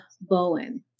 Bowen